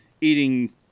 eating